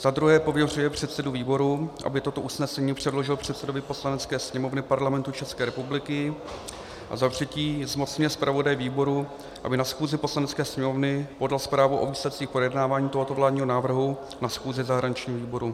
Za druhé pověřuje předsedu výboru, aby toto usnesení předložil předsedovi Poslanecké sněmovny Parlamentu České republiky, a za třetí zmocňuje zpravodaje výboru, aby na schůzi Poslanecké sněmovny podal zprávu o výsledcích projednávání tohoto vládního návrhu na schůzi zahraničního výboru.